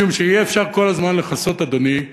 משום שאי-אפשר כל הזמן לכסות, אדוני,